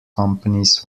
companies